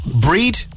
Breed